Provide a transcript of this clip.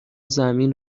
زمین